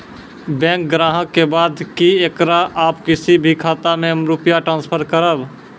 Bank ग्राहक के बात की येकरा आप किसी भी खाता मे रुपिया ट्रांसफर करबऽ?